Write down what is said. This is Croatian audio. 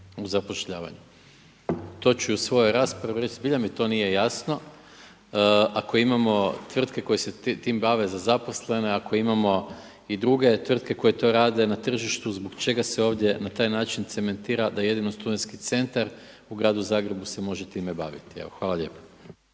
u zapošljavanju. To ću i u svojoj raspravi reći. Zbilja mi to nije jasno. Ako imamo tvrtke koje se tim bave za zaposlene, ako imamo i druge tvrtke koje to rade na tržištu, zbog čega se ovdje na taj način cementira da jedino Studentski centar u Gradu Zagrebu se može time baviti, evo hvala lijepo.